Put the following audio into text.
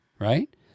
right